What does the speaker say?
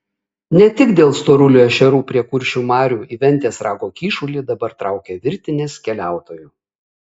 ne tik dėl storulių ešerių prie kuršių marių į ventės rago kyšulį dabar traukia virtinės keliautojų